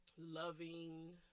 loving